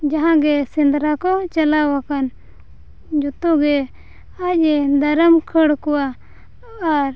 ᱡᱟᱦᱟᱸ ᱜᱮ ᱥᱮᱸᱫᱽᱨᱟ ᱠᱚ ᱪᱟᱞᱟᱣ ᱟᱠᱟᱱ ᱡᱚᱛᱚᱜᱮ ᱟᱡ ᱮ ᱫᱟᱨᱟᱢ ᱠᱷᱟᱹᱲ ᱠᱚᱣᱟ ᱟᱨ